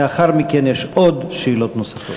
לאחר מכן יש עוד שאלות נוספות.